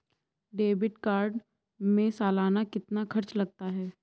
Debit card में सालाना कितना खर्च लगता है?